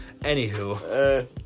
anywho